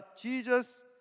Jesus